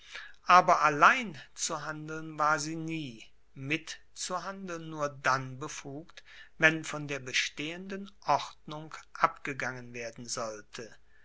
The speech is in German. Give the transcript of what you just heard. aber allein zu handeln war sie nie mitzuhandeln nur dann befugt wenn von der bestehenden ordnung abgegangen werden sollte